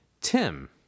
Tim